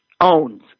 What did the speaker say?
owns